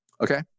Okay